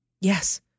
Yes